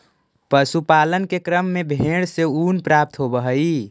पशुपालन के क्रम में भेंड से ऊन प्राप्त होवऽ हई